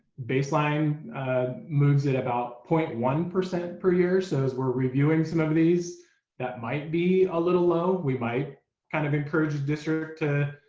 baseline ah moves at about zero point one per per year, so as we're reviewing some of these that might be a little low. we might kind of encourage district